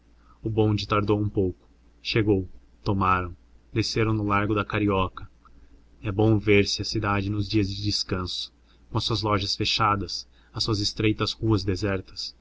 o bonde tardou um pouco chegou tomaram desceram no largo da carioca é bom ver-se a cidade nos dias de descanso com as suas lojas fechadas as suas estreitas ruas desertas